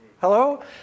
Hello